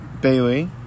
Bailey